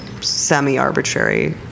semi-arbitrary